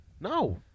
No